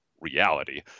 reality